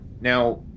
Now